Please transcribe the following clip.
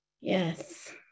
Yes